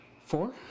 Four